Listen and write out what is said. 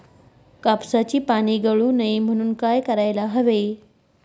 कापसाची पाने गळू नये म्हणून काय करायला हवे?